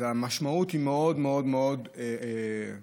אז המשמעות היא מאוד מאוד מאוד פוגענית,